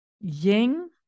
ying